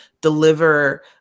deliver